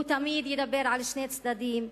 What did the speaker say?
הוא תמיד ידבר על שני צדדים.